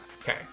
Okay